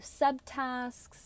subtasks